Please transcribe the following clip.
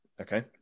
Okay